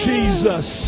Jesus